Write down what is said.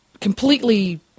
completely